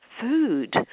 food